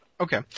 Okay